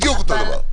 בדיוק אותו דבר.